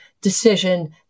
decision